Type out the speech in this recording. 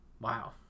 Wow